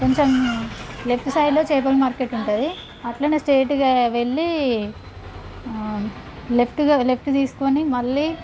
కొంచెం లెఫ్ట్ సైడ్లో చేపల మార్కెట్ ఉంటుంది అట్లానే స్ట్రెయిట్గా వెళ్ళి లెఫ్ట్ గదు లెఫ్ట్ తీసుకొని మళ్ళీ